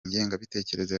ingengabitekerezo